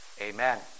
amen